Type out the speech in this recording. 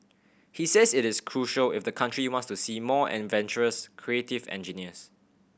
he says it is crucial if the country wants to see more adventurous creative engineers